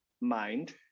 Mind